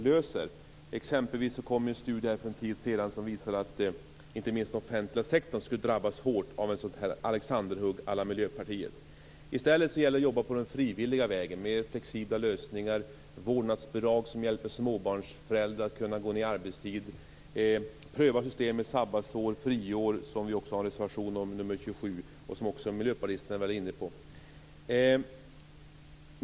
Det kom exempelvis en studie för en tid sedan som visade att inte minst den offentliga sektorn skulle drabbas hårt av ett sådant här alexanderhugg à la I stället gäller det att jobba på den frivilliga vägen med flexibla lösningar och vårdnadsbidrag som hjälper småbarnsföräldrar att gå ned i arbetstid. Det gäller att pröva system med sabbatsår och friår, som vår motion nr 27 handlar om och som också miljöpartisterna har varit inne på.